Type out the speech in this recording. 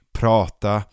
prata